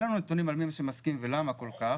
אין לנו נתונים על מי שמסכים ולמה כל כך,